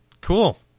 Cool